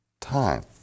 time